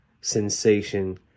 sensation